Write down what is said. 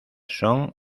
son